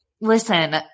Listen